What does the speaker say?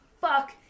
fuck